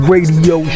Radio